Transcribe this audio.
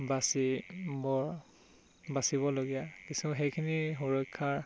বাচিবৰ বাচিব লগীয়া কিছুমান সেইখিনি সুৰক্ষাৰ